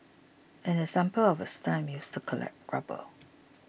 an example of a stump used to collect rubber